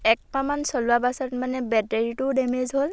একমাহমান চলোৱা পাছত মানে বেটেৰীটোও ডেমেজ হ'ল